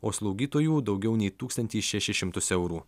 o slaugytojų daugiau nei tūkstantį šešis šimtus eurų